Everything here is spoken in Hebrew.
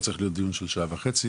לא צריך להיות דיון של שעה וחצי.